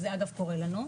שזה אגב קורה לנו,